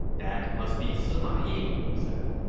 that must be sima yi, he said.